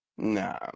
Nah